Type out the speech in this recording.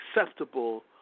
acceptable